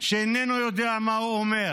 שאיננו יודע מה הוא אומר.